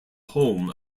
home